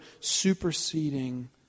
superseding